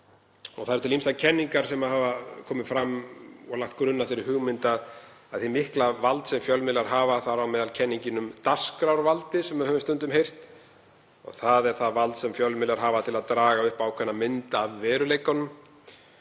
Það eru til ýmsar kenningar sem hafa komið fram og lagt grunn að hugmyndinni um hið mikla vald sem fjölmiðlar hafa, þar á meðal kenningin um dagskrárvaldið sem höfum stundum heyrt. Það er það vald sem fjölmiðlar hafa til að draga upp ákveðna mynd af veruleikanum.